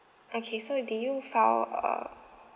okay so did you file a